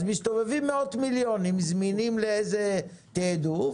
אז מסתובבים מאות מיליונים, זמינים לאיזה תיעדוף